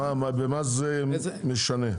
במה זה משנה?